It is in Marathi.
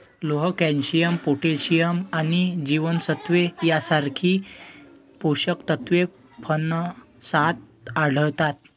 लोह, कॅल्शियम, पोटॅशियम आणि जीवनसत्त्वे यांसारखी पोषक तत्वे फणसात आढळतात